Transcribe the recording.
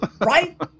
Right